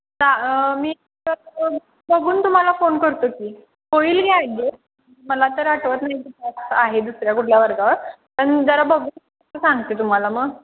तर मी तर बघून तुम्हाला फोन करतो की होईल कि अड्जस्ट मला तर आठवत नाही तास आहे दुसऱ्या कुठल्या वर्गावर पण जरा बघून सांगते तुम्हाला मग